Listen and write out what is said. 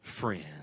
friend